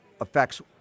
affects